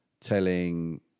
telling